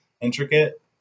intricate